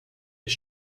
his